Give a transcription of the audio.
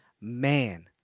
man